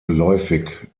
geläufig